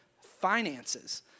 finances